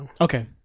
Okay